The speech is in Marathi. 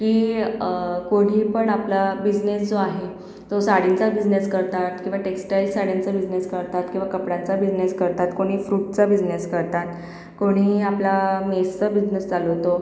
की कोणी पण आपला बिझनेस जो आहे तो साडीचा बिझनेस करतात किंवा टेक्स्टाईल साड्यांचा बिझनेस करतात किंवा कपड्यांचा बिझनेस करतात कोणी फ्रूटचा बिझनेस करतात कोणी आपला मेसचा बिझनेस चालवतो